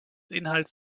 inhalts